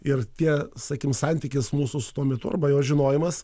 ir tie sakykim santykis mūsų tuo mitu arba jo žinojimas